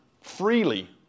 freely